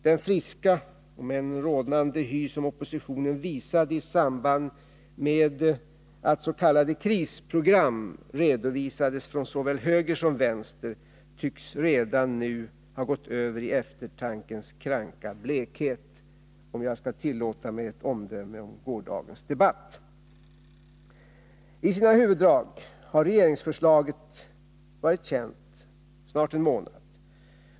Den friska, om än rodnande, hy som oppositionen visade i samband med att s.k. krisprogram redovisades från såväl höger som vänster tycks redan nu ha gått över i eftertankens kranka blekhet, om jag får tillåta mig ett omdöme om gårdagens debatt. I sina huvuddrag har regeringsförslaget varit känt i snart en månad.